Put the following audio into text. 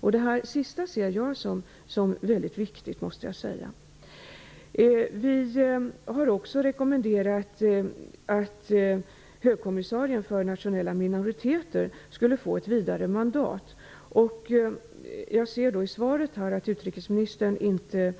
Det sistnämnda ser jag som väldigt viktigt, måste jag säga. Vi har också rekommenderat att högkommissarien för nationella minoriteter skall få ett vidare mandat. I svaret ser jag att utrikesministern inte